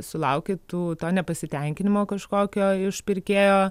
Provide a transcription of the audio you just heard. sulauki tų to nepasitenkinimo kažkokio iš pirkėjo